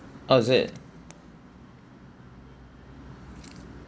how's it